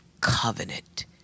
covenant